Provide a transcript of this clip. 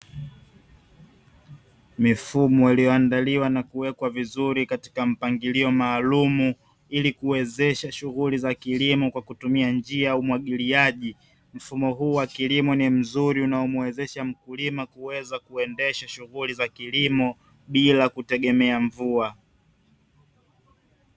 Mifumo iliyoandaliwa na kuwekwa vizuri katika mpangilio maalumu, ili kuwezesha shughuli za kilimo kwa kutumia njia ya umwagiliaji, mfumo huu wa kilimo ni mzuri unaomuwezesha mkulima kuweza kuendesha shughuli za kilimo, bila kutegemea mvua.